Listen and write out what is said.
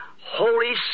Holy